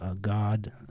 God